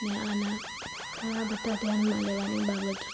ને આના ઘણાં બધા ધ્યાનમાં લેવાની બાબતો છે